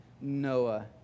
Noah